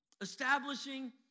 Establishing